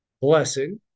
blessing